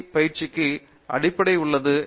D பயிற்சிக்கு அடிப்படையாக உள்ளது